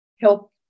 help